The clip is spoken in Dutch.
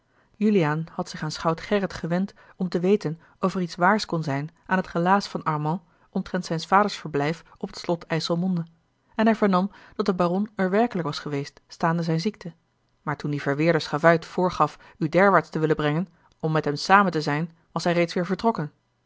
juliaan had zich aan schout gerrit gewend om te weten of er iets waars kon zijn aan t relaas van armand omtrent zijns vaders verblijf op het slot ijsselmonde en hij vernam dat de baron er werkelijk was geweest staande zijne ziekte maar toen die verweerde schavuit voorgaf u derwaarts te willen brengen om met hem samen te zijn was hij reeds weêr vertrokken